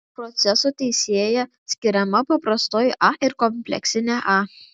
proceso teisėje skiriama paprastoji a ir kompleksinė a